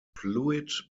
fluid